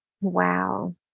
wow